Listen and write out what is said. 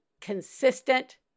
consistent